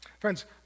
Friends